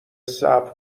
صبر